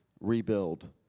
rebuild